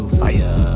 fire